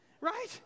right